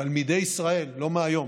תלמידי ישראל, לא מהיום,